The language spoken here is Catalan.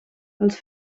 els